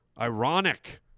ironic